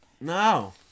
No